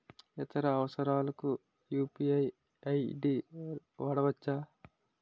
ఇతర అవసరాలకు UPI ID వాడవచ్చా?